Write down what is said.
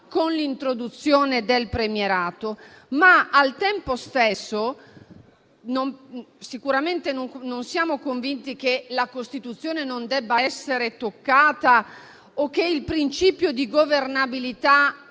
con l'introduzione del premierato. Al tempo stesso, sicuramente non siamo convinti che la Costituzione non debba essere toccata o che il principio di governabilità